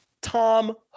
Tom